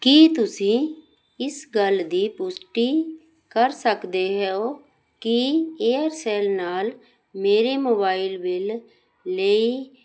ਕੀ ਤੁਸੀਂ ਇਸ ਗੱਲ ਦੀ ਪੁਸ਼ਟੀ ਕਰ ਸਕਦੇ ਹੋ ਕਿ ਏਅਰਸੈਲ ਨਾਲ ਮੇਰੇ ਮੋਬਾਈਲ ਬਿੱਲ ਲਈ